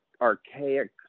archaic